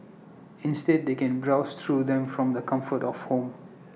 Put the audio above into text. instead they can browse through them from the comfort of home